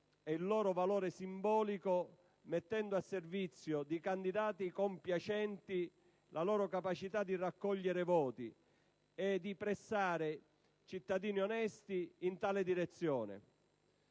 e il loro valore simbolico mettendo a servizio di candidati compiacenti la loro capacità di raccogliere voti e di pressare cittadini onesti in tale direzione.